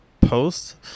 post